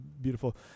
beautiful